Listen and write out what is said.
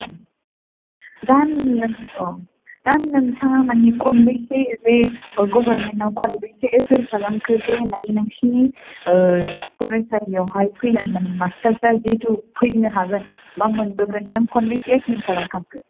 दा नों अ दा नोंथाङा माने खनबैसे जे गभर्नमेन्टाव कुवालिफाइड एपयन्ट खालामखो जे माने नोंसिनि फरायसालियावहाय फैनानै माने मास्टारफ्रा जिहेथु फैनो हागोन मा मोनबोगोन नों खनबैसे खालामखांखो